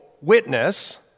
witness